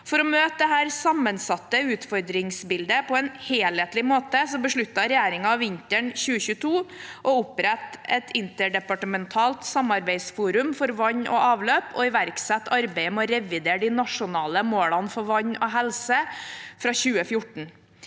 For å møte dette sammensatte utfordringsbildet på en helhetlig måte besluttet regjeringen vinteren 2022 å opprette et interdepartementalt samarbeidsforum for vann og avløp og iverksette arbeidet med å revidere de nasjonale målene for vann og helse fra 2014.